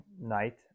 night